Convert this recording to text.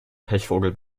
pechvogel